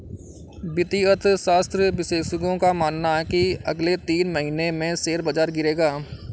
वित्तीय अर्थशास्त्र विशेषज्ञों का मानना है की अगले तीन महीने में शेयर बाजार गिरेगा